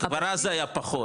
כבר אז היה פחות